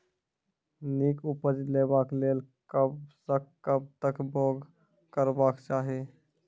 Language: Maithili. नीक उपज लेवाक लेल कबसअ कब तक बौग करबाक चाही?